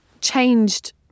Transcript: changed